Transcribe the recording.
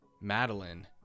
Madeline